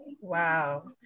Wow